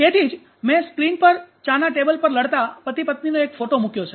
તેથી જ મે સ્ક્રીન પર ચાના ટેબલ પર લડતા પતિ પત્નીનો એક ફોટો મૂક્યો છે